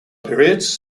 periods